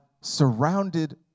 surrounded